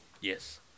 Yes